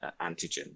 antigen